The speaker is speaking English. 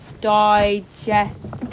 digest